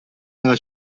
nella